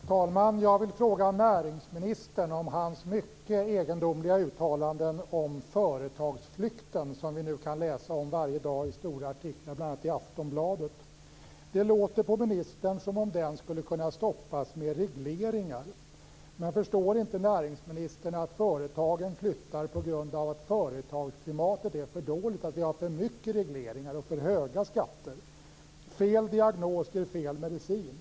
Herr talman! Jag vill fråga näringsministern om hans mycket egendomliga uttalanden som vi nu kan läsa om varje dag i stora artiklar, bl.a. i Aftonbladet. Det låter på ministern som om den skulle kunna stoppas med regleringar. Förstår inte näringsministern att företagen flyttar på grund av att företagsklimatet är för dåligt och att vi har för mycket regleringar och för höga skatter? Fel diagnos ger fel medicin.